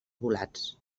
volats